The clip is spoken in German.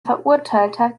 verurteilter